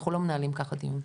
אנחנו לא מנהלים כך דיון.